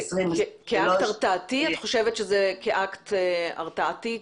את חושבת שזה כאקט הרתעתי?